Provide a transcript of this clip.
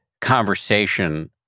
conversation